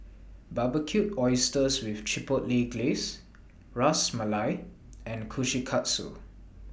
Barbecued Oysters with Chipotle Glaze Ras Malai and Kushikatsu